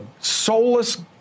soulless